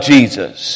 Jesus